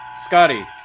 Scotty